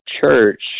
church